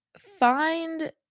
find